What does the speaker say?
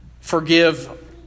forgive